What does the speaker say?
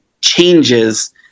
changes